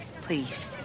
Please